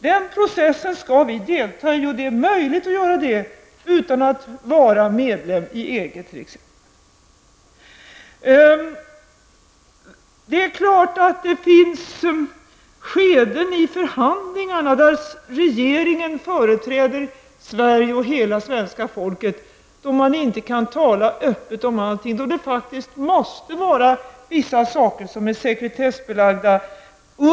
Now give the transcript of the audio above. Den processen skall vi delta i, och det är möjligt att göra det utan att vara medlem i EG. Det är klart att det finns skeden i förhandlingarna där regeringen företräder Sverige och hela svenska folket och då man inte kan tala öppet om allting. Det måste finnas saker som är sekretessbelagda.